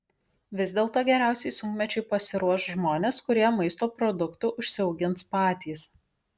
vis dėlto geriausiai sunkmečiui pasiruoš žmonės kurie maisto produktų užsiaugins patys